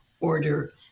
order